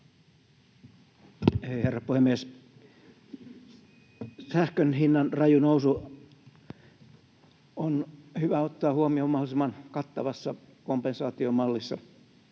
Herra puhemies! Sähkön hinnan raju nousu on hyvä ottaa huomioon mahdollisimman kattavassa kompensaatiomallissa.